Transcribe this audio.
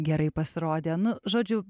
gerai pasirodė na žodžiu